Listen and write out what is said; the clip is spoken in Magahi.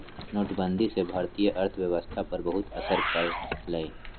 नोटबंदी से भारतीय अर्थव्यवस्था पर बहुत असर पड़ लय